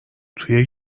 توی